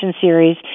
series